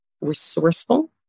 resourceful